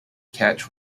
catch